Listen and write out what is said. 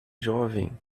jovem